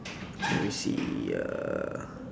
let me see uh